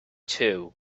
too